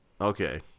Okay